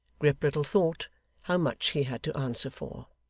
grip little thought how much he had to answer for.